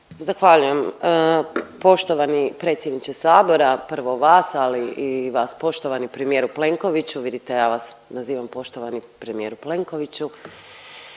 Zahvaljujem. Poštovani predsjedniče Sabora, prvo vas, ali i vas, poštovani premijeru Plenkoviću, vidite, ja vas nazivam poštovani premijeru Plenkoviću,